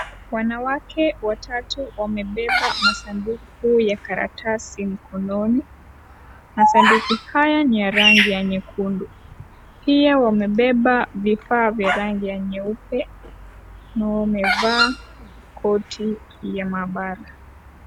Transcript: Wanawake watatu wamebeba masanduku ya karatasi mkononi ,masanduku haya ni ya rangi ya nyekundu pia wamebeba vifaa vya rangi ya nyeupe na wamevaa koti ya maabara.